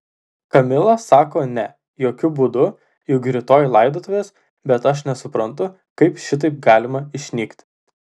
kamila sako ne jokiu būdu juk rytoj laidotuvės bet aš nesuprantu kaip šitaip galima išnykti